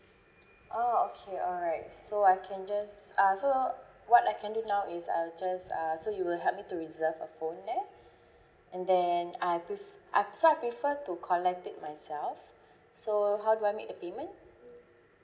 oh okay alright so I can just ah so what I can do now is I'll just uh so you will help me to reserve a phone there and then I pref~ I so I prefer to collect it myself so how do I make the payment